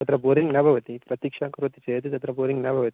तत्र बोरिङ्ग् न भवति प्रतिक्षा करोति चेत् तत्र बोरिङ्ग् न भवति